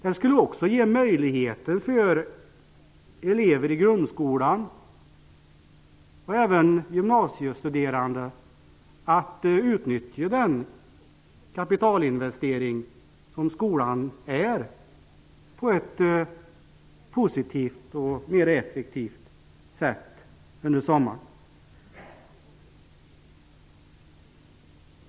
Den skulle också ge möjligheter för elever i grundskolan och även för gymnasiestuderande att under sommaren utnyttja den kapitalinvestering som skolan är på ett positivt och mer effektivt sätt.